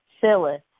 Phyllis